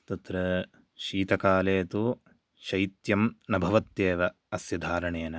तत्र शीतकाले तु शैत्यं न भवत्येव अस्य धारणेन